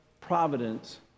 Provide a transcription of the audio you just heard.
providence